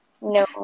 No